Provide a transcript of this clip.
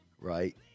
right